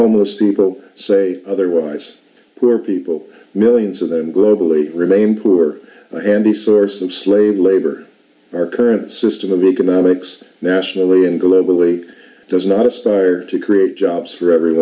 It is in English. homeless people say otherwise poor people millions of them globally remain poor and the source of slave labor our current system of economics nationally and globally does not aspire to create jobs for everyone